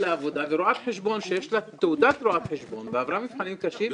לעבודה ורואת חשבון שיש לה תעודת רואת חשבון ועברה מבחנים קשים,